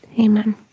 amen